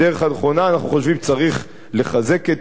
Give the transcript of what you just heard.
אנחנו חושבים שצריך לחזק את ההתיישבות.